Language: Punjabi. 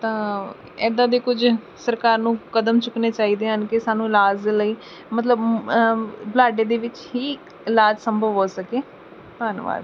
ਤਾਂ ਇੱਦਾਂ ਦੇ ਕੁਝ ਸਰਕਾਰ ਨੂੰ ਕਦਮ ਚੁੱਕਣੇ ਚਾਹੀਦੇ ਹਨ ਕਿ ਸਾਨੂੰ ਇਲਾਜ ਲਈ ਮਤਲਬ ਬੁਲਾਡੇ ਦੇ ਵਿੱਚ ਹੀ ਇਲਾਜ ਸੰਭਵ ਹੋ ਸਕੇ ਧੰਨਵਾਦ